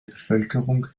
bevölkerung